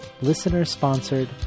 listener-sponsored